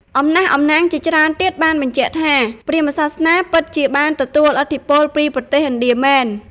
អំណះអំណាងជាច្រើនទៀតបានបញ្ជាក់ថា ព្រាហ្មណ៍សាសនាពិតជាបានទទួលឥទ្ធិពលពីប្រទេសឥណ្ឌាមែន។